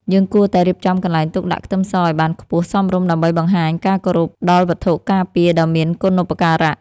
យើងគួរតែរៀបចំកន្លែងទុកដាក់ខ្ទឹមសឱ្យបានខ្ពស់សមរម្យដើម្បីបង្ហាញការគោរពដល់វត្ថុការពារដ៏មានគុណូបការៈ។